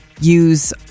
use